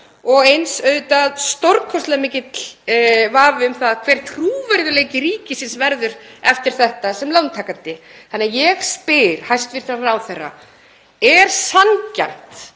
og eins auðvitað stórkostlega mikill vafi um það hver trúverðugleiki ríkisins verður eftir þetta sem lántakandi. Þannig að ég spyr hæstv. ráðherra: Er sanngjarnt